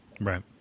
Right